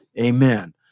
Amen